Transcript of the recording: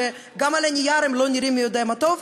שגם על הנייר הם לא נראים מי-יודע-מה טוב.